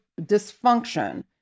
dysfunction